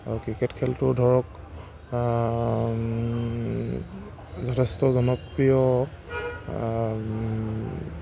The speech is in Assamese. আৰু ক্ৰিকেট খেলটো ধৰক যথেষ্ট জনপ্ৰিয়